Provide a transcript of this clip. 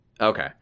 okay